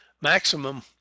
maximum